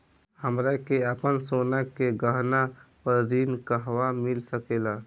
हमरा के आपन सोना के गहना पर ऋण कहवा मिल सकेला?